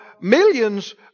millions